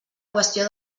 qüestió